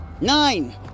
nine